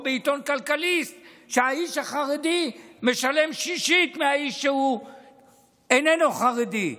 בעיתון כלכליסט: האיש החרדי משלם שישית מהאיש שאיננו חרדי.